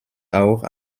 auch